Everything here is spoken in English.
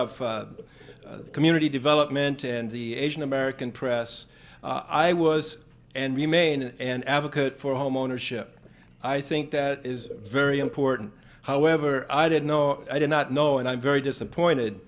the community development and the asian american press i was and remain an advocate for homeownership i think is very important however i did know i did not know and i'm very disappointed